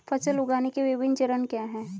फसल उगाने के विभिन्न चरण क्या हैं?